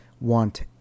want